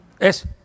Es